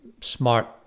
smart